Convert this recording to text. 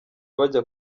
bajya